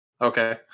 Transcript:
okay